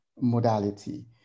modality